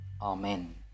Amen